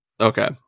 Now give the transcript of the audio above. okay